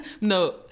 No